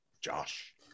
Josh